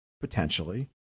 potentially